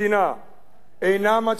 אינה מצדיקה פריצת גדר,